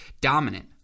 dominant